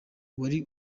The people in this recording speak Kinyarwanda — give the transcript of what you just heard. wari